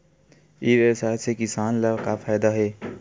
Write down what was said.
ई व्यवसाय से किसान ला का फ़ायदा हे?